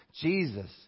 Jesus